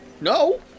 No